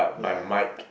ya but